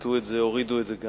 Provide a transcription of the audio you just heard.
שציטטו את זה הורידו את זה.